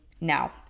now